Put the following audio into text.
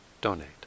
donate